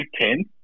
Ten